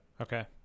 Okay